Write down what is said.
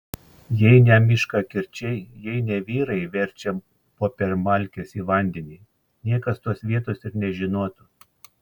jei ne miškakirčiai jei ne vyrai verčią popiermalkes į vandenį niekas tos vietos ir nežinotų